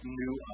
new